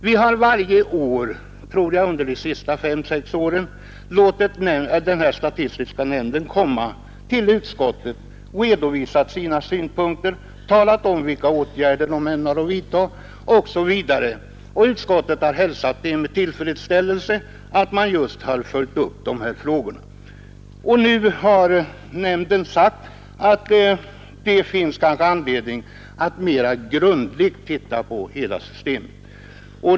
Vi har varje år, tror jag, under de fem sex senaste åren låtit skördestatistiska nämnden komma till utskottet och låtit den redovisa synpunkter och tala om vilka åtgärder nämnden ämnar vidta osv., och utskottet har hälsat med tillfredsställelse att nämnden har följt upp de här frågorna. Nu har nämnden sagt att det finns all anledning att mera grundligt se på hela systemet.